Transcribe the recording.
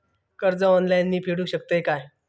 कर्ज ऑनलाइन मी फेडूक शकतय काय?